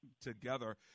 together